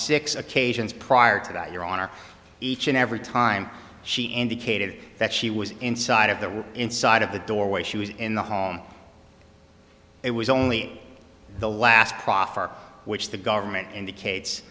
six occasions prior to that your honor each and every time she indicated that she was inside of the inside of the doorway she was in the home it was only in the last proffer which the government indicates